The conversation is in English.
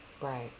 Right